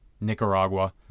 nicaragua